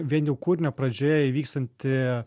vien jau kūrinio pradžioje įvykstanti